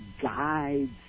guides